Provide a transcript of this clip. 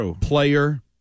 player